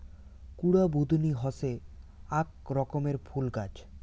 কুরা বুদনি হসে আক রকমের ফুল গাছ